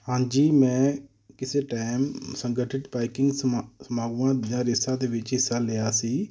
ਹਾਂਜੀ ਮੈਂ ਕਿਸੇ ਟਾਈਮ ਸੰਗਠਿਤ ਬਾਈਕਿੰਗ ਸਮਾ ਸਮਾਗਮਾਂ ਜਾਂ ਰੇਸਾਂ ਦੇ ਵਿੱਚ ਹਿੱਸਾ ਲਿਆ ਸੀ